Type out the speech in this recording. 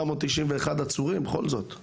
כשזה מתוך 891 עצורים, בכל זאת.